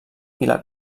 vila